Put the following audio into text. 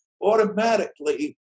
automatically